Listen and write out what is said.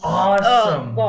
awesome